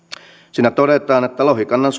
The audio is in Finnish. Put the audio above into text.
siinä todetaan että lohikannan